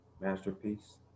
masterpiece